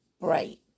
break